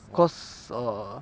because err